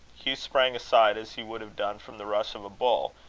hugh sprang aside, as he would have done from the rush of a bull,